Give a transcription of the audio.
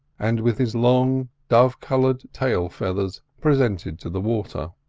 and with his long dove-coloured tail feathers presented to the water.